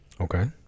Okay